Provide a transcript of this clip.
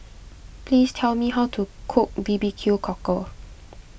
please tell me how to cook B B Q Cockle